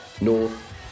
North